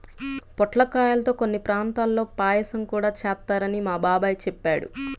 పొట్లకాయల్తో కొన్ని ప్రాంతాల్లో పాయసం గూడా చేత్తారని మా బాబాయ్ చెప్పాడు